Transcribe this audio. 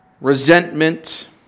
resentment